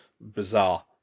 bizarre